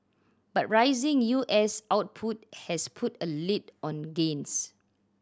but rising U S output has put a lid on gains